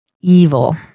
evil